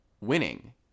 winning